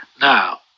now